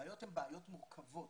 הבעיות הן בעיות מורכבות,